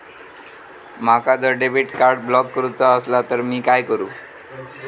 माका जर debit card block करूचा असला तर मी काय करू?